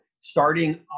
starting